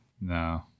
No